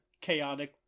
chaotic